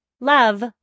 Love